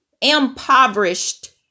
impoverished